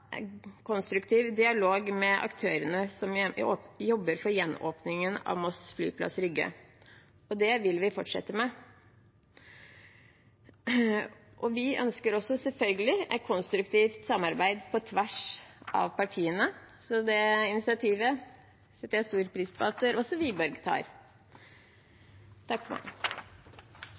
konstruktiv dialog med aktørene som jobber for gjenåpningen av Moss lufthavn Rygge. Det vil vi fortsette med. Vi ønsker selvfølgelig et konstruktivt samarbeid på tvers av partiene, så det initiativet setter jeg stor pris på at også Wiborg tar.